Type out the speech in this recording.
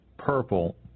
Purple